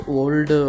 old